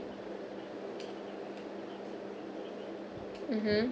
mmhmm